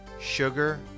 Sugar